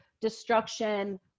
destruction